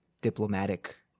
diplomatic